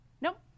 Nope